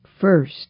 first